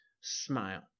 smile